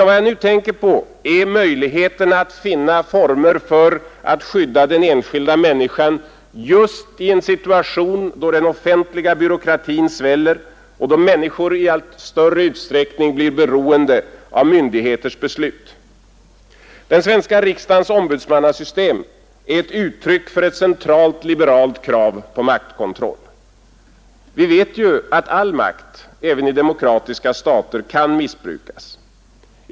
Vad jag nu tänker på är i stället möjligheterna att finna former för att skydda den enskilda människan just i en situation då den offentliga byråkratin sväller och då människor i allt större utsträckning blir beroende av myndigheters beslut. Den svenska riksdagens ombudsmannasystem är ett uttryck för ett centralt liberalt krav på maktkontroll. Vi vet ju att all makt, också i demokratiska stater, kan missbrukas.